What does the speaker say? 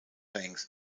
banks